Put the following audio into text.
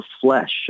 flesh